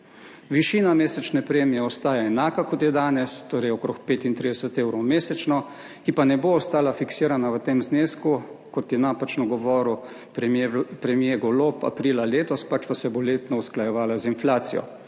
Višina mesečne premije ostaja enaka kot je danes, torej okrog 35 evrov mesečno, ki pa ne bo ostala fiksirana v tem znesku, kot je napačno govoril premier, premier Golob aprila letos, pač pa se bo letno usklajevala z inflacijo.